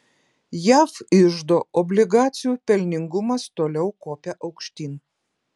jav iždo obligacijų pelningumas toliau kopia aukštyn